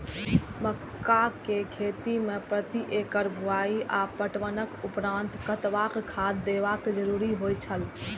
मक्का के खेती में प्रति एकड़ बुआई आ पटवनक उपरांत कतबाक खाद देयब जरुरी होय छल?